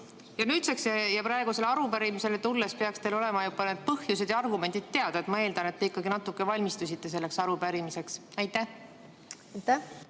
Nüüdseks, praegusele arupärimisele vastama tulles peaks teil olema juba need põhjused ja argumendid teada. Ma eeldan, et te ikkagi natuke valmistusite selleks arupärimiseks. Aitäh! Kuna